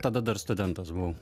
tada dar studentas buvau